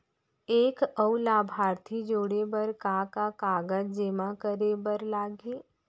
एक अऊ लाभार्थी जोड़े बर का का कागज जेमा करे बर लागही?